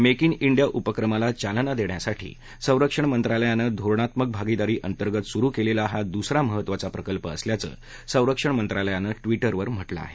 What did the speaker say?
make in India उपक्रमाला चालना देण्यासाठी संरक्षण मंत्रालयानं धोरणात्मक भागिदारीअंतर्गत सुरु केलेला हा दुसरा महत्वाचा प्रकल्प आहे असं संरक्षण मंत्रालयानं ट्विटरवर म्हटलं आहे